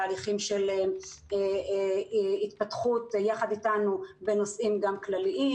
תהליכים של התפתחות יחד אתנו גם בנושאים כלליים,